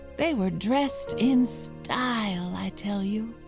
they were dressed in style, i tell you.